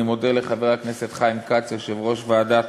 אני מודה לחבר הכנסת חיים כץ, יושב-ראש ועדת